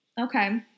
Okay